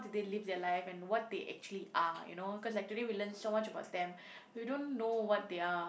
they live their life and what they actually are you know cause like today we learn so much about them we don't know what they are